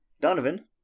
Donovan